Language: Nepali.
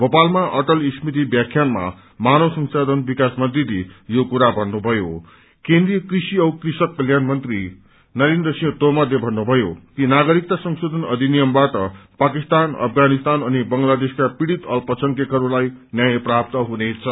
भोपालमा अटल स्मृति व्याख्यानमा मानव संसाधन विकास मन्त्रीले यो कुरा भन्नुथयो केन्द्रिय कृषि औ कृषक कल्याण मन्त्री नरेन्द्र सिंह तोमरले भन्नुभयो कि नागरिकता संशोधन अधिनियमबाट पाकिस्तान अफगानिस्तान अनि बंगलादेशका पीड़ित अल्पसंख्यकहस्लाई न्याय प्राप्त हुनेछ